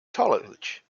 college